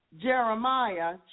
Jeremiah